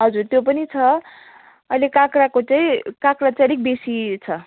हजुर त्यो पनि छ अहिले काँक्राको चाहिँ काँक्रा चाहिँ अलिक बेसी छ